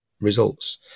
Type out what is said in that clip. results